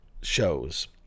shows